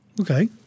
Okay